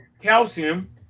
calcium